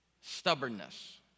stubbornness